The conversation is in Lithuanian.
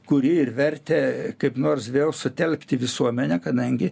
kuri ir vertė kaip nors vėl sutelkti visuomenę kadangi